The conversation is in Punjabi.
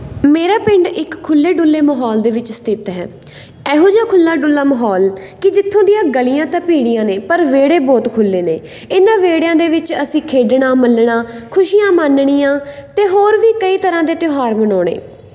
ਮੇਰਾ ਪਿੰਡ ਇੱਕ ਖੁੱਲ੍ਹੇ ਡੁੱਲੇ ਮਾਹੌਲ ਦੇ ਵਿੱਚ ਸਥਿਤ ਹੈ ਇਹੋ ਜਿਹਾ ਖੁੱਲ੍ਹਾ ਡੁੱਲਾ ਮਾਹੌਲ ਕਿ ਜਿੱਥੋਂ ਦੀਆਂ ਗਲੀਆਂ ਤਾਂ ਭੀੜੀਆਂ ਨੇ ਪਰ ਵਿਹੜੇ ਬਹੁਤ ਖੁੱਲ੍ਹੇ ਨੇ ਇਹਨਾਂ ਵਿਹੜਿਆਂ ਦੇ ਵਿੱਚ ਅਸੀਂ ਖੇਡਣਾ ਮੱਲਣਾ ਖੁਸ਼ੀਆਂ ਮਾਨਣੀਆਂ ਅਤੇ ਹੋਰ ਵੀ ਕਈ ਤਰ੍ਹਾਂ ਦੇ ਤਿਉਹਾਰ ਮਨਾਉਣੇ